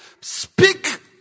speak